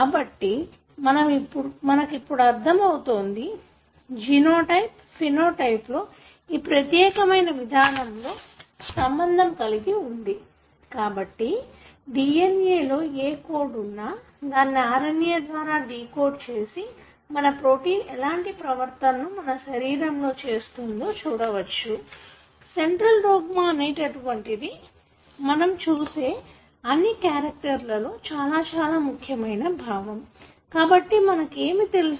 కాబట్టి మనకు ఇప్పుడు అర్థం అవుతోంది జెనోటైప్ ఫెనోటైప్ లో ఈ ప్రత్యేకమైన విధానం లో సంబంధం కలిగి వుంది కాబట్టి DNA లో ఏ కోడ్ వున్నా దానిని RNA ద్వారా డీకోడ్ చేసి మన ప్రోటీన్ ఎలాంటి ప్రవర్తనను మన శరీరంలో చేస్తుందో చూడవచ్చు కాబట్టి సెంట్రల్ డాగ్మా అనేటటువంటిది మనం చూసే అన్ని క్యారెక్టర్లలో చాలా చాలా ముఖ్యమైన భావం కాబట్టి మనకు ఏమి తెలుసు